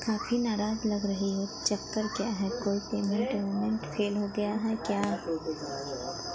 काफ़ी नाराज़ लग रही हो चक्कर क्या है कोई पेमेन्ट वेमेन्ट फेल हो गया है क्या